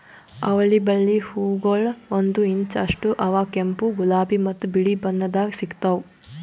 ಅವಳಿ ಬಳ್ಳಿ ಹೂಗೊಳ್ ಒಂದು ಇಂಚ್ ಅಷ್ಟು ಅವಾ ಕೆಂಪು, ಗುಲಾಬಿ ಮತ್ತ ಬಿಳಿ ಬಣ್ಣದಾಗ್ ಸಿಗ್ತಾವ್